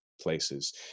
places